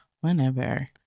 Whenever